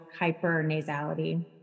hypernasality